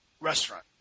restaurant